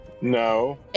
No